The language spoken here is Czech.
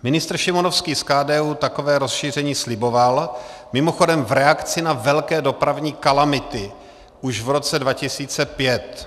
Ministr Šimonovský z KDU takové rozšíření sliboval, mimochodem v reakci na velké dopravní kalamity, už v roce 2005.